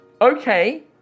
Okay